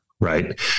Right